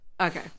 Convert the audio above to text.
Okay